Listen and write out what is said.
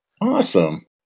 Awesome